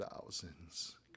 thousands